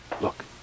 Look